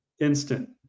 Instant